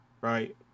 right